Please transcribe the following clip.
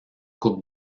coupe